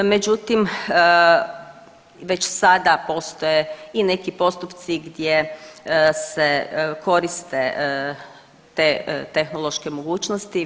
Međutim, već sada postoje i neki postupci gdje se koriste te tehnološke mogućnosti.